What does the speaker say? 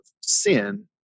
sin